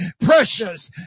precious